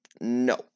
no